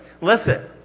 Listen